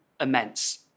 immense